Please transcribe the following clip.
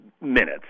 Minutes